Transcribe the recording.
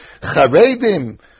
charedim